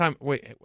Wait